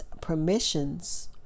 permissions